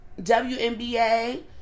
WNBA